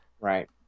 Right